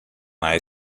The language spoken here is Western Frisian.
nei